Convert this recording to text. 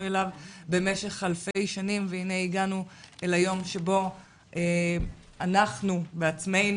אליו במשך אלפי שנים והנה הגענו אל היום שבו אנחנו בעצמנו,